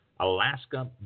Alaska